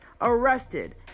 arrested